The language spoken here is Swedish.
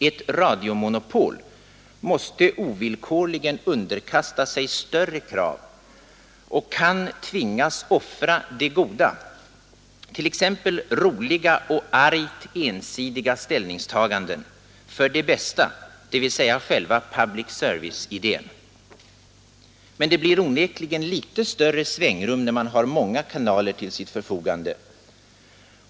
Ett radiomonopol måste ovillkorligen underkasta sig större krav och kan tvingas offra det goda — t.ex. roliga och argt ensidiga ställningstaganden — för det bästa, dvs. själva public service-idén. Men det blir onekligen litet större svängrum när man har många kanaler till sitt förfogande.